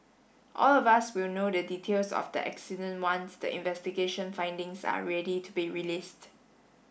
all of us will know the details of the accident once the investigation findings are ready to be released